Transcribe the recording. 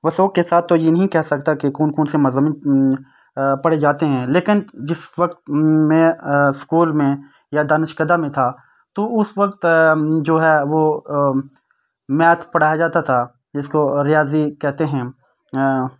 وثوق کے ساتھ تو یہ نہیں کہہ سکتا کہ کون کون سے مضامین پڑھے جاتے ہیں لیکن جس وقت میں اسکول میں یا دانشکدہ میں تھا تو اس وقت جو ہے وہ میتھ پڑھایا جاتا تھا جس کو ریاضی کہتے ہیں